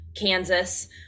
Kansas